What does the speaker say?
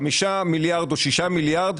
חמישה מיליארד או שישה מיליארד,